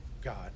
God